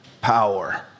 power